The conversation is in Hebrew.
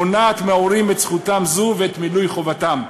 מונעת מההורים את זכותם זו ואת מילוי חובתם.